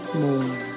more